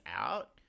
out